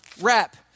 wrap